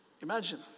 Imagine